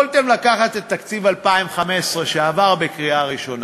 יכולתם לקחת את תקציב 2015 שעבר בקריאה ראשונה,